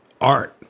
art